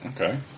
okay